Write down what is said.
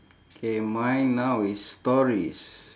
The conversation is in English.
K mine now is stories